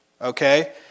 Okay